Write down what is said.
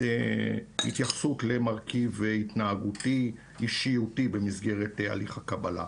התייחסות למרכיב התנהגותי אישיותי במסגרת הליך הקבלה.